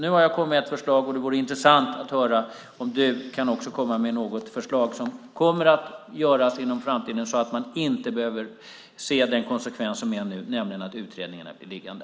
Nu har jag kommit med ett förslag, och det vore intressant att höra om också du kan komma med något förslag som i framtiden gör att man inte behöver se den konsekvens man ser nu, nämligen att utredningarna blir liggande.